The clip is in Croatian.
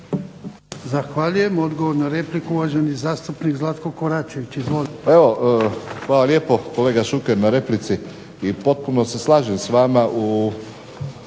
Zahvaljujem. Odgovor na repliku uvaženi zastupnik Zlatko KOračević. Izvolite. **Šuker, Ivan (HDZ)** Evo, hvala lijepo kolega Šuker na replici i potpuno se slažem s vama i